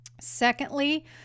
Secondly